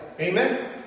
Amen